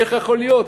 איך יכול להיות?